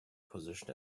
position